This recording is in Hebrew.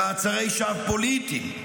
למעצרי שווא פוליטיים,